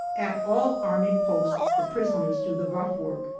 at all army posts the prisoners do the rough work,